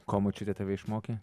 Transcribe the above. ko močiutė tave išmokė